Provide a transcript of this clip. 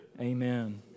Amen